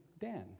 Dan